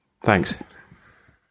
Thanks